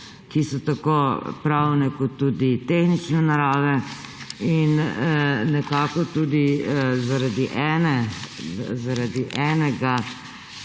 ki so tako pravne kot tudi tehnične narave in nekako tudi zaradi enega,